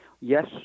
yes